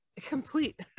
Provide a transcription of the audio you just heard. complete